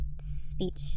speech